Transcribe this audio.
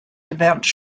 events